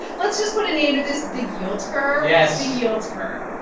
let's just put a name to this the yield curve, yeah the yield curve.